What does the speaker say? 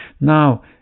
Now